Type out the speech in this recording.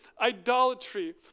idolatry